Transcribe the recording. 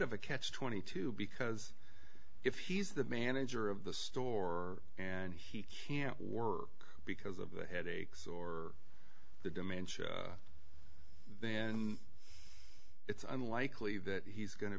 of a catch twenty two because if he's the manager of the store and he can't work because of the headaches or the dementia it's unlikely that he's going to